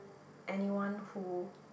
anyone who